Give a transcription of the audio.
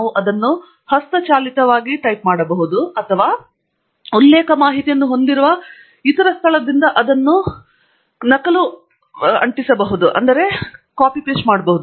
ನಾವು ಅದನ್ನು ಹಸ್ತಚಾಲಿತವಾಗಿ ಟೈಪ್ ಮಾಡಬಹುದು ಅಥವಾ ನಾವು ಉಲ್ಲೇಖ ಮಾಹಿತಿಯನ್ನು ಹೊಂದಿರುವ ಇತರ ಸ್ಥಳದಿಂದ ಅದನ್ನು ನಕಲು ಅಂಟಿಸಬಹುದು